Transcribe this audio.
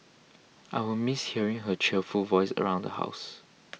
I will miss hearing her cheerful voice around the house